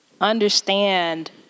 understand